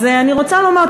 אז אני רוצה לומר,